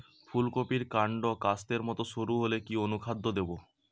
ফুলকপির কান্ড কাস্তের মত সরু হলে কি অনুখাদ্য দেবো?